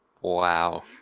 Wow